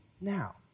now